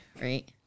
Right